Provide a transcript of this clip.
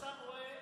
הוא קצת רואה.